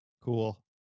Cool